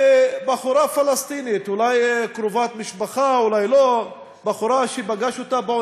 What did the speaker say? במדינה שלך עם המשפחה הרחבה, או שאתה